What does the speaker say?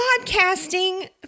podcasting